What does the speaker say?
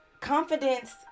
Confidence